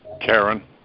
karen